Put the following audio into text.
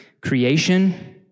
creation